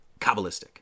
Kabbalistic